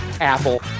Apple